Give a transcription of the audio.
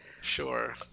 Sure